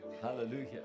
Hallelujah